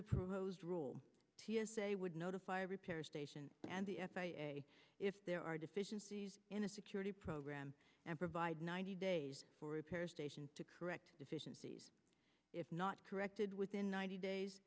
the proposed rule t s a would notify repair station and the f a a if there are deficiencies in a security program and provide ninety days for repair stations to correct deficiencies if not corrected within ninety days